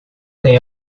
tem